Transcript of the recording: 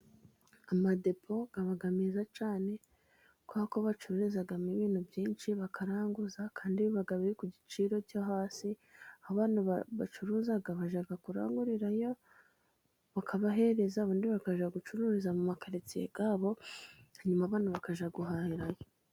Amadepo aba meza cyane, kubera ko bacururizamo ibintu byinshi bakanaranguza, kandi biba biri ku giciro cyo hasi, abantu bacuruza bajya kurangurirayo, bakabahereza, abundi bakajya gucururiza mu makaritsiye yabo, hanyuma abantu bakajya guhahirayo.